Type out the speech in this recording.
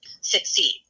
succeed